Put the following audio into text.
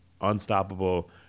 unstoppable